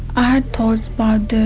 i had thoughts but